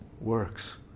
works